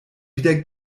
wieder